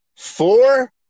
Four